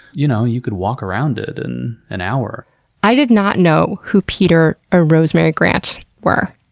you know you could walk around it in an hour i did not know who peter or rosemary grant were.